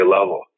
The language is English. level